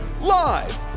Live